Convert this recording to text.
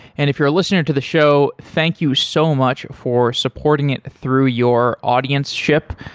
and if you're a listener to the show, thank you so much for supporting it through your audienceship.